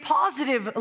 positive